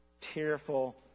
tearful